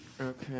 Okay